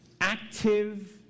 active